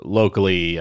locally